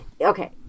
Okay